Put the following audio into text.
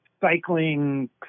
cycling